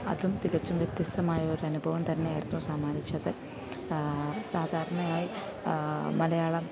അതും തികച്ചും വ്യത്യസ്തമായ ഒരു അനുഭവം തന്നെ ആയിരുന്നു സമ്മാനിച്ചത് സാധാരണയായി മലയാളം